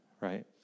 right